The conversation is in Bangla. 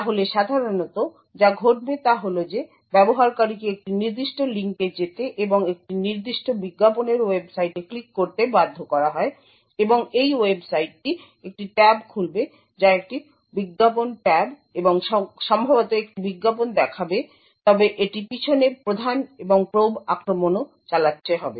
তাহলে সাধারণত যা ঘটবে তা হল যে ব্যবহারকারীকে একটি নির্দিষ্ট লিঙ্কে যেতে এবং একটি নির্দিষ্ট বিজ্ঞাপনের ওয়েবসাইটে ক্লিক করতে বাধ্য করা হয় এবং এই ওয়েবসাইটটি একটি ট্যাব খুলবে যা একটি বিজ্ঞাপন ট্যাব এবং সম্ভবত একটি বিজ্ঞাপন দেখাবে তবে এটি পিছনে প্রধান এবং প্রোব আক্রমণও চালাচ্ছে হবে